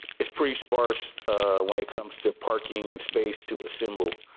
is pretty sparce when it comes to parking and space to assemble.